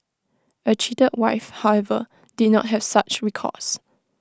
A cheated wife however did not have such recourse